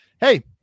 hey